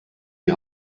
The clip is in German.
die